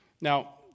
Now